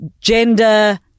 gender